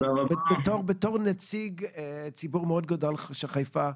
בתור נציג ציבור מאוד גדול בחיפה,